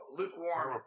lukewarm